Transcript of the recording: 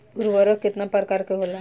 उर्वरक केतना प्रकार के होला?